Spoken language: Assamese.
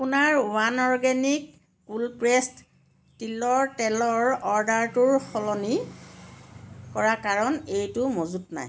আপোনাৰ ওৱান অৰ্গেনিক কোল্ড প্ৰেছড তিলৰ তেলৰ অৰ্ডাৰটোৰ সলনি কৰাৰ কাৰণ এইটো মজুত নাই